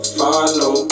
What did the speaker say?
follow